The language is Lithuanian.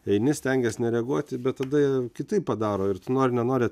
eini stengies nereaguoti bet tada jie kitaip padaro ir tu nori nenori